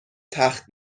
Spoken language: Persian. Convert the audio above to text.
تخت